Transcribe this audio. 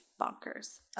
bonkers